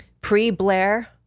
pre-Blair